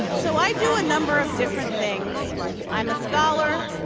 so i do a number of different things i'm a scholar,